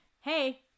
hey